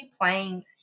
playing